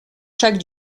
chaque